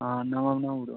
हां नमां बनाई ओड़ो